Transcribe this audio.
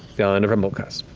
the island of rumblecusp.